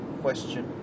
question